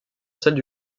celles